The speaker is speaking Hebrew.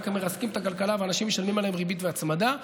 כך מרסקים את הכלכלה ואנשים משלמים עליהם ריבית והצמדה,